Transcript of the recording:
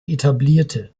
etablierte